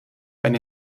eine